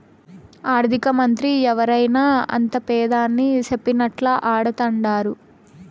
ఆర్థికమంత్రి ఎవరైనా అంతా పెదాని సెప్పినట్లా ఆడతండారు